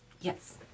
Yes